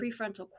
prefrontal